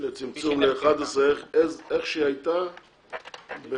לצמצום איך שהיא הייתה.